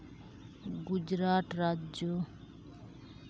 Gujarat Rajya